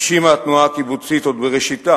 הגשימה התנועה הקיבוצית עוד בראשיתה